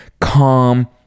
calm